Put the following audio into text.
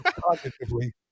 positively